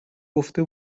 گفته